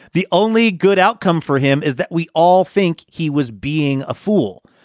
the only good outcome for him is that we all think he was being a fool.